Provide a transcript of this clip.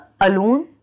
alone